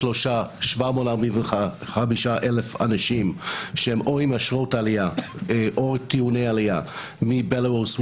23,745 אנשים שהם או עם אשרות עלייה או טעוני עלייה מבלרוס,